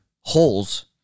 holes